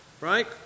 right